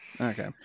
Okay